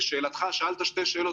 אדוני היושב ראש, שאלת שתי שאלות